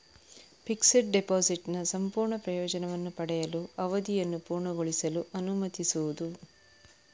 fixed ಡೆಪಾಸಿಟಿನ ಸಂಪೂರ್ಣ ಪ್ರಯೋಜನವನ್ನು ಪಡೆಯಲು, ಅವಧಿಯನ್ನು ಪೂರ್ಣಗೊಳಿಸಲು ಅನುಮತಿಸುವುದು